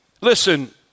Listen